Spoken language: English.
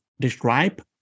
describe